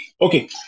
Okay